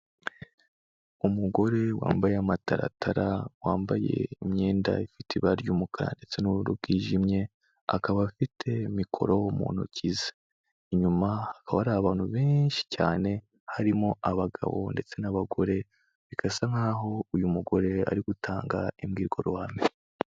Umugore wambaye amataratara, wambaye imyenda ifite ibara ry'umukara ndetse n'ubururu bwijimye, akaba afite mikoro mu ntoki ze. Inyuma hakaba hari abantu benshi cyane, harimo abagabo ndetse n'abagore, bigasa nk'aho uyu mugore ari gutanga imbwirwaruhame.